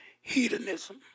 hedonism